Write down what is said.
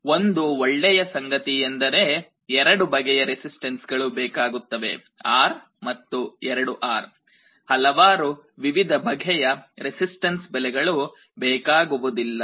ಆದರೆ ಒಂದು ಒಳ್ಳೆಯ ಸಂಗತಿ ಎಂದರೆ ಎರಡು ಬಗೆಯ ರೆಸಿಸ್ಟನ್ಸ್ಗಳು ಬೇಕಾಗುತ್ತವೆ R ಮತ್ತು 2R ಹಲವಾರು ವಿವಿಧ ಬಗೆಯ ರೆಸಿಸ್ಟನ್ಸ್ ಬೆಲೆಗಳು ಬೇಕಾಗುವುದಿಲ್ಲ